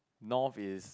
north is